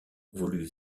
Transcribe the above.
woluwe